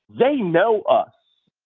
they know us.